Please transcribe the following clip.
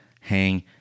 hang